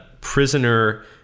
prisoner